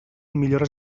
millores